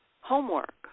homework